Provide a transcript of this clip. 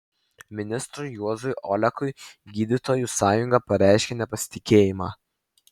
ministrui juozui olekui gydytojų sąjunga pareiškė nepasitikėjimą